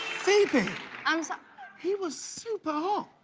phoebe um so he was super-hot!